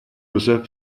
josef